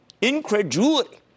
Incredulity